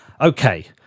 Okay